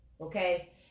Okay